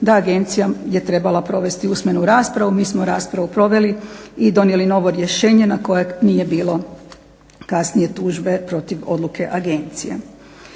da agencija je trebala provesti usmenu raspravu. Mi smo raspravu proveli i donijeli novo rješenje na kojeg nije bilo kasnije tužbe protiv odluke agencije.